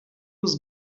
was